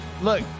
look